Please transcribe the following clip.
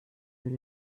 müll